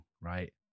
right